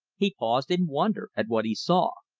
he paused in wonder at what he saw.